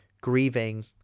grieving